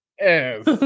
Yes